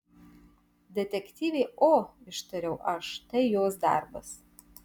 detektyvė o ištariau aš tai jos darbas